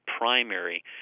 primary